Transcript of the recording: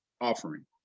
offering